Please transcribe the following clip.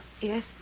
Yes